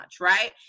right